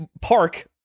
park